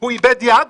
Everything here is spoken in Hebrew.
הוא איבד יד?